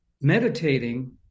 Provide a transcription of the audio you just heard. meditating